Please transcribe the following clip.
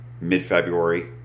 mid-February